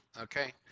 Okay